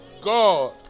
God